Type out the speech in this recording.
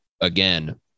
again